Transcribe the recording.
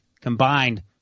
combined